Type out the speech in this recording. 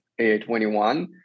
A21